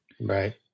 Right